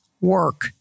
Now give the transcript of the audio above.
work